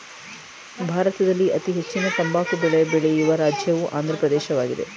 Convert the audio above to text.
ಭಾರತದಲ್ಲಿ ಅತೀ ಹೆಚ್ಚಿನ ತಂಬಾಕು ಬೆಳೆ ಬೆಳೆಯುವ ರಾಜ್ಯವು ಆಂದ್ರ ಪ್ರದೇಶವಾಗಯ್ತೆ